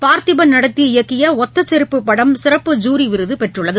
பார்த்திபன் நடித்து இயக்கியஒத்தசெருப்பு படம் சிறப்பு ஜூரி விருதுகிடைத்துள்ளது